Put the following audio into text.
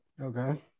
Okay